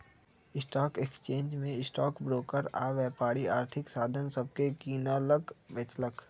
stock exchange में stock broker आऽ व्यापारी आर्थिक साधन सभके किनलक बेचलक